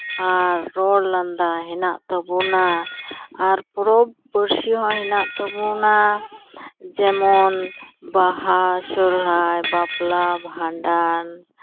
ᱟᱨ ᱨᱚᱲ ᱞᱟᱸᱫᱟ ᱦᱮᱱᱟᱜ ᱛᱟᱵᱚᱱᱟ ᱟᱨ ᱯᱚᱨᱚᱵᱽ ᱯᱩᱲᱥᱤ ᱦᱚᱸ ᱦᱮᱱᱟᱜ ᱛᱟᱵᱚᱱᱟ ᱡᱮᱢᱚᱱ ᱵᱟᱦᱟ ᱥᱚᱨᱦᱟᱭ ᱵᱟᱯᱞᱟ ᱵᱷᱟᱸᱰᱟᱱ